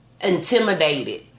intimidated